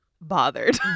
bothered